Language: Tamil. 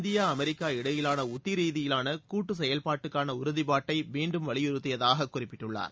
இந்தியா அமெரிக்கா இடையிலான உத்தி ரீதியான கூட்டு செயல்பாட்டுக்காள உறுதிப்பாட்டை மீண்டும் வலியுறுத்தியதாகக் குறிப்பிட்டுள்ளார்